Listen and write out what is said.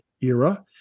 era